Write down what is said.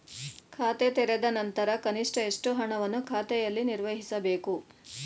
ಖಾತೆ ತೆರೆದ ನಂತರ ಕನಿಷ್ಠ ಎಷ್ಟು ಹಣವನ್ನು ಖಾತೆಯಲ್ಲಿ ನಿರ್ವಹಿಸಬೇಕು?